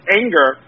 anger